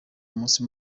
umunsi